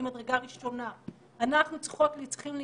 מזה אין הדבקה, אנחנו כבר יודעים את זה בוודאות.